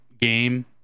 game